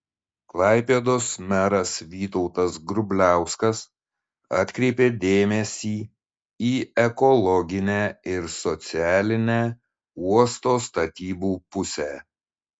klaipėdos meras vytautas grubliauskas atkreipė dėmesį į ekologinę ir socialinę uosto statybų pusę